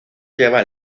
lleva